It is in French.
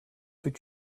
fut